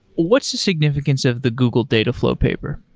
what's the significance of the google dataflow paper?